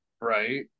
Right